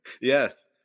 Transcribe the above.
yes